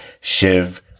Shiv